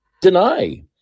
deny